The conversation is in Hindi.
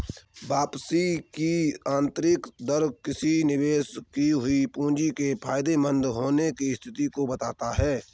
वापसी की आंतरिक दर किसी निवेश की हुई पूंजी के फायदेमंद होने की स्थिति को बताता है